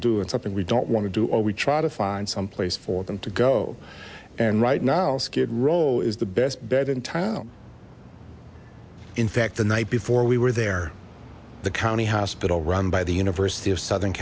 to do and something we don't want to do or we try to find some place for them to go and right now skid row is the best bed in town in fact the night before we were there the county hospital run by the university of southern